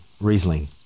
Riesling